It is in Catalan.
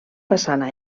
façana